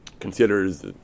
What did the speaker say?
considers